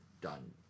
done